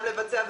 גם לבצע,